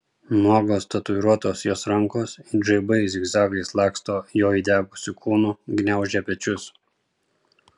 nuogos tatuiruotos jos rankos it žaibai zigzagais laksto jo įdegusiu kūnu gniaužia pečius